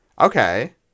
Okay